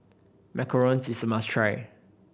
macarons is a must try